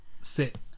sit